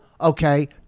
Okay